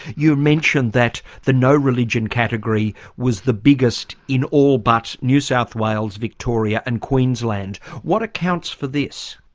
you mention that the no-religion category was the biggest in all but new south wales, victoria and queensland. what accounts for this?